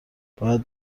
باید